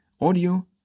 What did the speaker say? audio